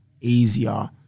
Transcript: easier